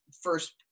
first